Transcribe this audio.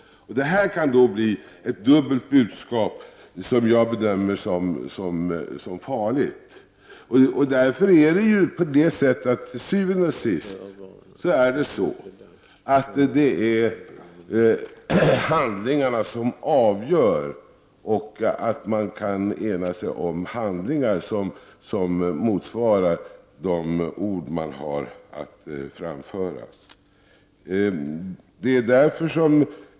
Det här kan då bli ett dubbelt budskap, som jag bedömer som farligt. Til syvende og sidst är det avgörande att man kan enas om handlingar som motsvarar de ord man har att framföra.